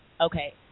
Okay